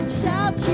shout